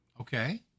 Okay